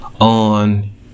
on